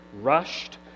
rushed